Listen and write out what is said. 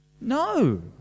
No